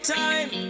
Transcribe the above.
time